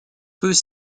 peut